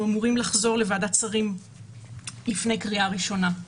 אמורים לחזור לוועדת שרים לפני קריאה ראשונה,